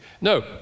No